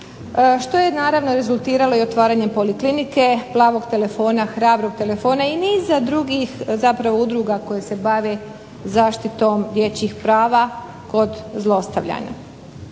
što je naravno rezultiralo i otvaranjem poliklinike, Plavog telefona, Hrabrog telefona i niza drugih zapravo udruga koje se bave zaštitom dječjih prava kod zlostavljanja.